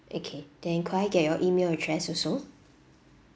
okay then could I get your email address also